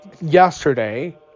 yesterday